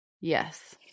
yes